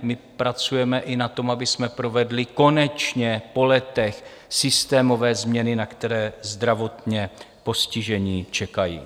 My pracujeme i na tom, abychom provedli konečně po letech systémové změny, na které zdravotně postižení čekají.